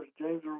James